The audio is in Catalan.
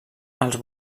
els